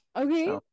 Okay